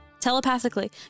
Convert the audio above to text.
telepathically